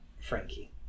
Frankie